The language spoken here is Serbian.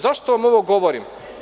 Zašto vam ovo govorim?